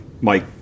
Mike